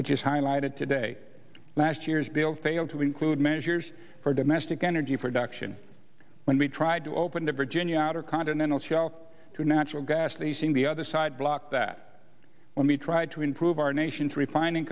which is highlighted today last year's bill failed to include measures for domestic energy production when we tried to open the virginia outer continental shelf to natural gas leasing the other side block that when we tried to improve our nation's refining